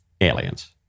aliens